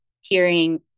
hearing